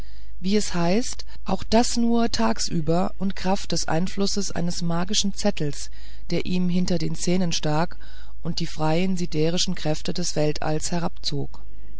wie es heißt auch das nur tagsüber und kraft des einflusses eines magischen zettels der ihm hinter den zähnen stak und die freien siderischen kräfte des weltalls